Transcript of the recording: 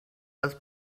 was